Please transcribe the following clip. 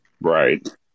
Right